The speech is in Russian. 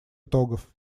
итогов